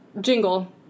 jingle